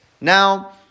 Now